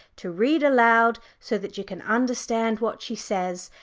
to read aloud so that you can understand what she says,